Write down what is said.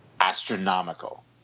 astronomical